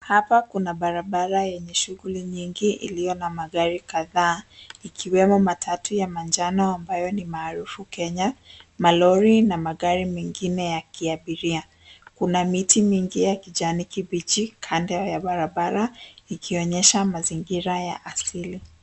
Hapa kuna barabara yenye shughuli nyingi iliyo na magari kadhaa, ikiwemo matatu ya manjano, ambayo ni maharufu Kenya, malori, na magari mengine ya kiabiria. Kuna miti mingi ya kijani kibichi kando ya barabara, ikionyesha mazingira ya asili.